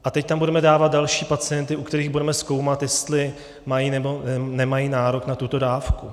A teď tam budeme dávat další pacienty, u kterých budeme zkoumat, jestli mají, nebo nemají nárok na tuto dávku.